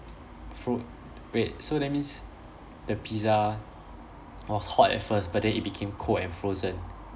fro~ wait so that means the pizza was hot at first but then it became cold and frozen